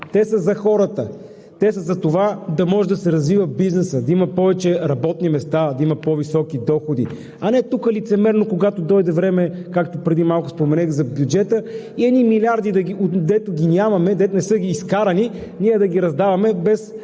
те са за хората, те са за това да може да се развива бизнеса, да има повече работни места, да има по високи доходи. А не тук лицемерно, когато дойде време, както преди малко споменах, за бюджета, едни милиарди, дето ги нямаме, дето не са изкарани, ние да ги раздаваме, без